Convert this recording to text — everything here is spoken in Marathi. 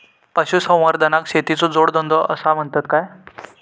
पशुसंवर्धनाक शेतीचो जोडधंदो आसा म्हणतत काय?